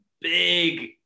big